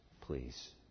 please